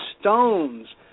stones